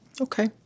Okay